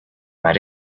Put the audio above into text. might